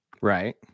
right